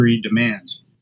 demands